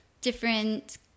different